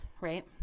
Right